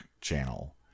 channel